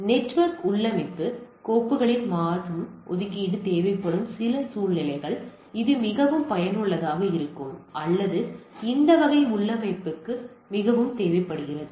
network உள்ளமைவு கோப்புகளின் மாறும் ஒதுக்கீடு தேவைப்படும் சில சூழ்நிலைகளில் இது மிகவும் பயனுள்ளதாக இருக்கும் அல்லது இந்த வகை உள்ளமைவுக்கு மிகவும் தேவைப்படுகிறது